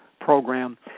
program